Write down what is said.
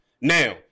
Now